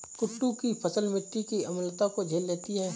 कुट्टू की फसल मिट्टी की अम्लता को झेल लेती है